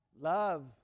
love